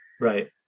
Right